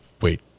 Wait